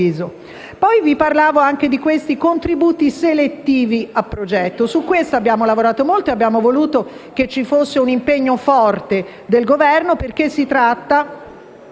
Vi parlavo inoltre anche dei contributi selettivi a progetto. A tale proposito abbiamo lavorato molto e abbiamo voluto che ci fosse un impegno forte del Governo, perché si tratta